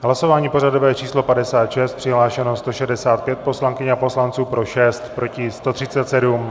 Hlasování pořadové číslo 56, přihlášeno 165 poslankyň a poslanců, pro 6, proti 137.